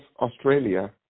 Australia